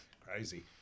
crazy